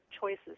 choices